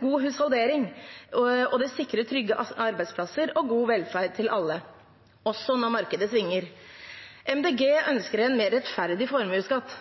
god husholdering, og det sikrer trygge arbeidsplasser og god velferd for alle, også når markedet svinger. Miljøpartiet De Grønne ønsker en mer rettferdig formuesskatt.